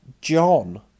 John